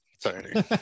sorry